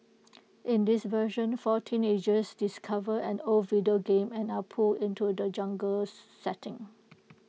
in this version four teenagers discover an old video game and are pulled into the jungle setting